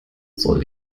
soll